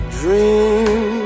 dream